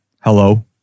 Hello